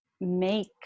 make